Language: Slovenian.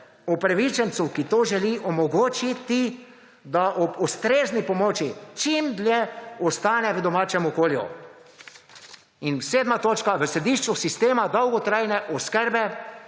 upravičencu, ki to želi omogočiti, da bo ustrezni pomoči čim dlje ostane v domačem okolju in sedma točka v središču sistema dolgotrajne oskrbe